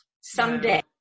Someday